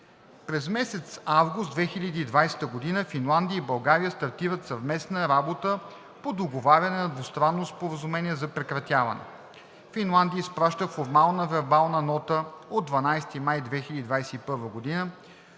През месец август 2020 г. Финландия и България стартират съвместна работа по договаряне на Двустранно споразумение за прекратяване. Финландия изпраща формална вербална нота от 12 май 2021 г.,